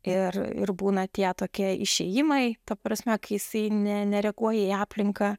ir ir būna tie tokie išėjimai ta prasme kai jisai ne nereaguoja į aplinką